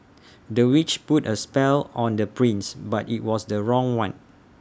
the witch put A spell on the prince but IT was the wrong one